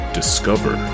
Discover